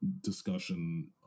discussion